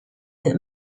that